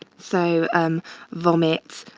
so um vomits,